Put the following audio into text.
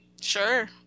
Sure